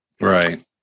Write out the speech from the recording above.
Right